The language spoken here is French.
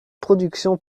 production